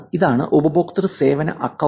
ഇതാണ് ഉപഭോക്തൃ സേവന അക്കൌണ്ട്